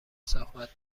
صحبت